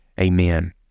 amen